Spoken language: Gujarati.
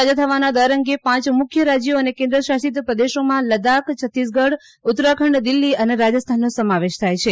સાજા થવાનો દર અંગે પાંચ મુખ્ય રાજ્યો અને કેન્ન શાસિત પ્રદેશોમાં લદાખ છત્તીસગઢ ઉત્તરાખંડ દિલ્ફી અને રાજસ્થાનનો સમાવેશ થાય છે